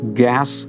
gas